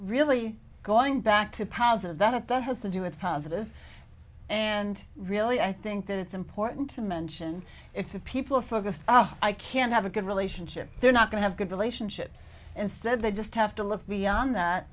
really going back to pounds of that that has to do with positive and really i think that it's important to mention if people are focused i can't have a good relationship they're not going to have good relationships instead they just have to look beyond that